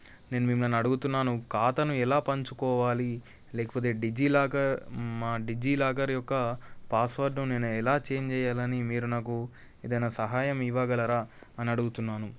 నేను మిమ్మల్ని అడుగుతున్నాను ఖాతాను ఎలా పంచుకోవాలి లేకపోతే డిజీలాకర్ మా డిజీలాకర్ యొక్క పాస్వడ్ను నేను ఎలా ఛేంజ్ చేయాలని మీరు నాకు ఏదైనా సహాయం ఇవ్వగలరా అని అడుగుతున్నాను